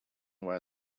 were